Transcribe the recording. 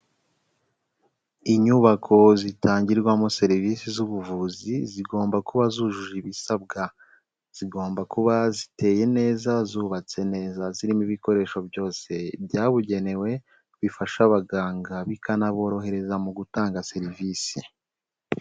Inyubako zitangirwamo serivisi z'ubuvuzi zigomba kuba zujuje ibisabwa. Zigomba kuba ziteye neza zubatse neza zirimo ibikoresho byose byabugenewe bifasha abaganga bikanaborohereza mu gutanga serivisi.